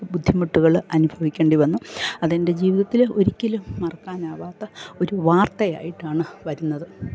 ബുദ്ധിമുട്ടുകള് അനുഭവിക്കേണ്ടി വന്നു അതെൻ്റെ ജീവിതത്തില് ഒരിക്കലും മറക്കാനാവാത്ത ഒരു വാർത്ത ആയിട്ടാണ് വരുന്നത്